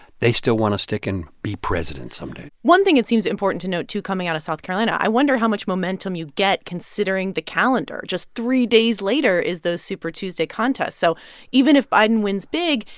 they still want to stick and be president someday one thing that seems important to note, too, coming out of south carolina i wonder how much momentum you get considering the calendar. just three days later is those super tuesday contests. so even if biden wins big,